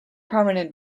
prominent